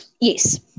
Yes